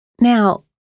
Now